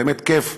באמת כיף.